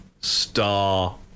star